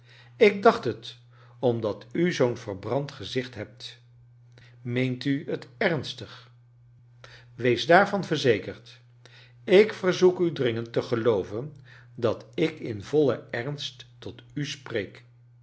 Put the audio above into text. ik dacht het omdat u zoo'n ver brand gezicht hebt meent u t ernstig wees daarvan verzekerd ik verzoek u dringend te gelooven dat ik in vollen ernst tot u spreek